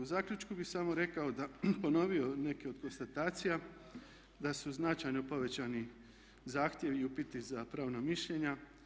U zaključku bih samo rekao da, ponovio neke od konstatacija da su značajno povećani zahtjevi i upiti za pravna mišljenja.